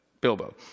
Bilbo